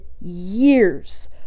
years